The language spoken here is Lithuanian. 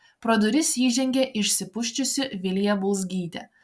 pro duris įžengė išsipusčiusi vilija bulzgytė